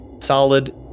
solid